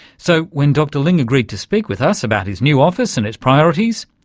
so when dr ling agreed to speak with us about his new office and its priorities,